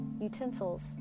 utensils